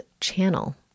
Channel